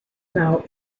now